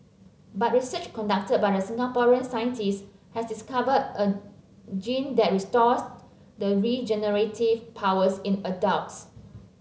but research conducted by a Singaporean scientist has discovered a gene that restores the regenerative powers in adults